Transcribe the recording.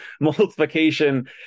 multiplication